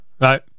Right